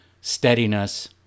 steadiness